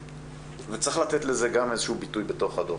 צריך לתת גם לזה ביטוי בדוח.